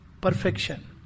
perfection